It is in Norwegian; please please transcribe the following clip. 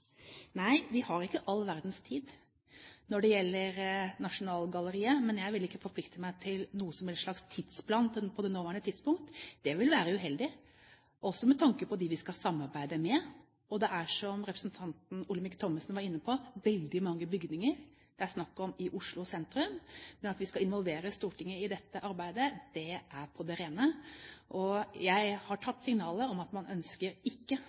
Nei, vi har ikke all verdens tid når det gjelder Nasjonalgalleriet, men jeg vil ikke forplikte meg til noen som helst slags tidsplan på det nåværende tidspunkt. Det vil være uheldig, også med tanke på dem vi skal samarbeide med. Det er, som representanten Olemic Thommessen var inne på, veldig mange bygninger det er snakk om i Oslo sentrum. Men at vi skal involvere Stortinget i dette arbeidet, er på det rene, og jeg har tatt signalet om at man ikke ønsker